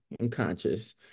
unconscious